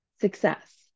success